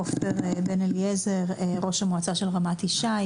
עפר בן אליעזר, ראש מועצת רמת ישי.